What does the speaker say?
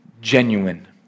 Genuine